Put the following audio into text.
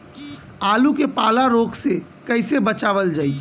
आलू के पाला रोग से कईसे बचावल जाई?